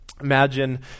Imagine